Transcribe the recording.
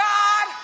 God